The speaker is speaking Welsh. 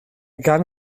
gan